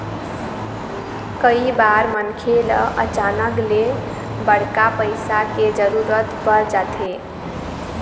कइ बार मनखे ल अचानक ले बड़का पइसा के जरूरत पर जाथे